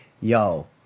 yo